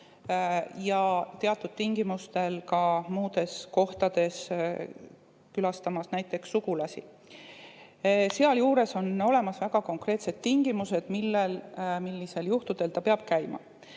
ja teatud tingimustel ka muudes kohtades, külastada näiteks sugulasi. Sealjuures on olemas väga konkreetsed tingimused, millistel juhtudel ta saab seal